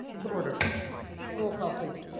to order roll call, please.